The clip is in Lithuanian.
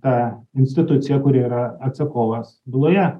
ta institucija kuri yra atsakovas byloje